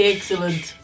Excellent